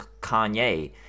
Kanye